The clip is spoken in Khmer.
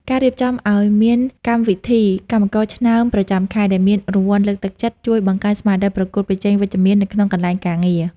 ការរៀបចំឱ្យមានកម្មវិធី "កម្មករឆ្នើមប្រចាំខែ" ដែលមានរង្វាន់លើកទឹកចិត្ត ជួយបង្កើនស្មារតីប្រកួតប្រជែងវិជ្ជមាននៅក្នុងកន្លែងការងារ។